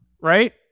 right